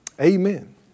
amen